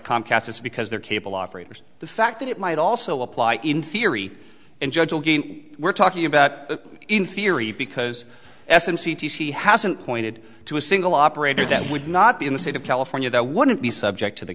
comcast is because their cable operators the fact that it might also apply in theory and judge will gain we're talking about in theory because he hasn't pointed to a single operator that would not be in the state of california that wouldn't be subject to the